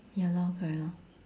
ya lor correct lor